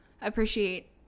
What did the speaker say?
appreciate